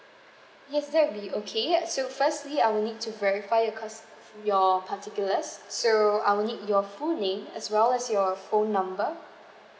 yes that will be okay uh so firstly I will need to verify cause your particulars so I will need your full name as well as your phone number